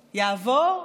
יעבור?